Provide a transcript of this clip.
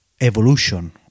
evolution